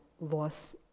loss